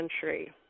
century